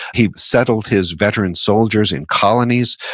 he settled his veteran soldiers in colonies,